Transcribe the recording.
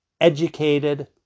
educated